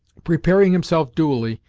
preparing himself duly,